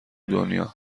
دنیا